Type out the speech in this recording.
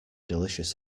delicious